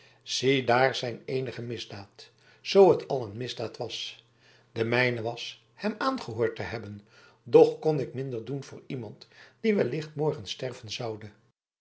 ziedaar zijn eenige misdaad zoo het al een misdaad was de mijne was hem aangehoord te hebben doch kon ik minder doen voor iemand die wellicht morgen sterven zoude